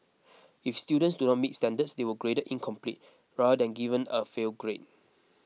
if students do not meet standards they were graded incomplete rather than given a fail grade